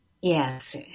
Yes